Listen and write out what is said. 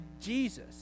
Jesus